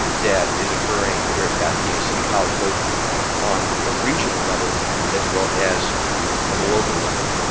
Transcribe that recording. that is occurring here at pasadena city college, both on the regional level as well as on the local level.